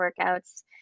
workouts